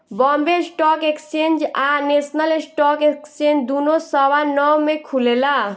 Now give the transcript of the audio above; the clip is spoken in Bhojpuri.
बॉम्बे स्टॉक एक्सचेंज आ नेशनल स्टॉक एक्सचेंज दुनो सवा नौ में खुलेला